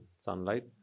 sunlight